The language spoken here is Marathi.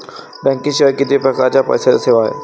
बँकेशिवाय किती परकारच्या पैशांच्या सेवा हाय?